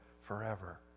forever